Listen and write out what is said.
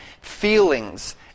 feelings